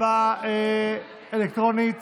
הצבעה אלקטרונית